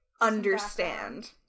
understand